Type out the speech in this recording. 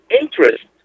interest